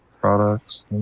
products